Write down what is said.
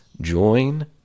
Join